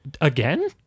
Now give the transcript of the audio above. again